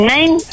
Nine